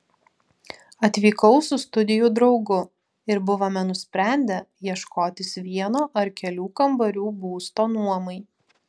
atvykau su studijų draugu ir buvome nusprendę ieškotis vieno ar kelių kambarių būsto nuomai